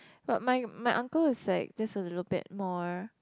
but my my uncle is like just a little bit more